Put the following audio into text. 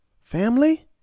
family